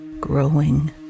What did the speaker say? Growing